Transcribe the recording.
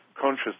conscious